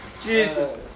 Jesus